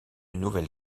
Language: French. nouvelle